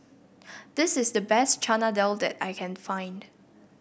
this is the best Chana Dal that I can find